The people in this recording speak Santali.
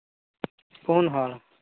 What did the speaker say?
ᱯᱩᱱ ᱦᱚᱲ